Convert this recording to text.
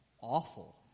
awful